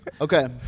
Okay